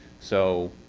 so